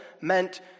meant